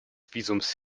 visums